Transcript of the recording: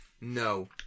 no